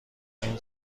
این